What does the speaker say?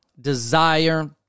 desire